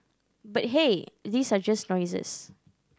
but hey these are just noises